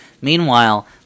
meanwhile